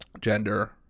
gender